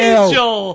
Angel